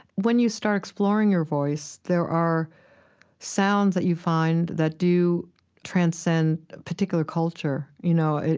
when you start exploring your voice, there are sounds that you find that do transcend a particular culture. you know,